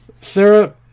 Sarah